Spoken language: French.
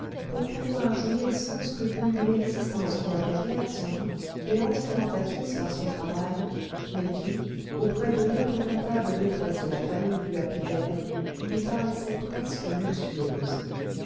pour pouvoir jouir sans scrupule d'une existence bien précaire sans doute et entièrement acquise par son travail mais qui auprès de l'épouvantable détresse de la famille du lapidaire lui paraissait presque luxueuse